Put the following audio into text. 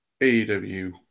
AEW